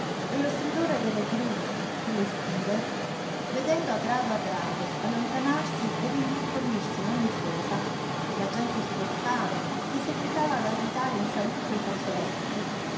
e lo stridore delle grue su le stive vedendo a grado a grado allontanarsi e rimpiccolirsi ogni cosa la gente su lo scalo che seguitava ad agitare in saluto i fazzoletti